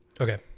Okay